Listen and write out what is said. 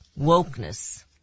Wokeness